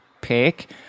pick